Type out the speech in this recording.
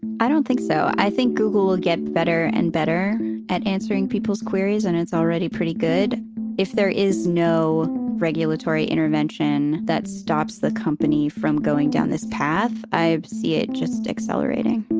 i don't think so. i think google will get better and better at answering people's queries, and it's already pretty good if there is no regulatory intervention that stops the company from going down this path. i see it just accelerating